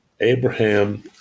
Abraham